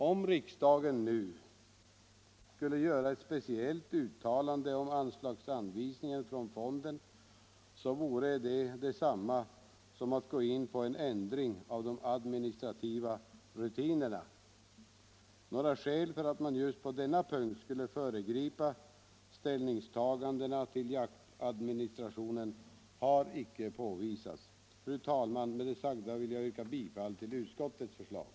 Om riksdagen nu skulle göra ett speciellt uttalande om anslagsanvisningen från fonden, så vore det detsamma som att gå in på en ändring av de administrativa rutinerna. Något skäl för att man just på den punkten skulle föregripa ställningstagandena till jaktadministrationen har icke påvisats. Fru talman! Med det sagda vill jag yrka bifall till utskottets hemställan.